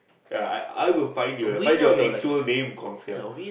ya I I will find you I find your actual name Guang-Xiang